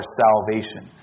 salvation